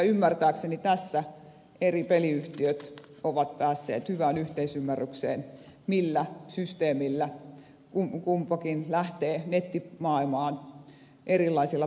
ymmärtääkseni tässä eri peliyhtiöt ovat päässeet hyvään yhteisymmärrykseen millä systeemillä kukin lähtee nettimaailmaan erilaisilla peleillä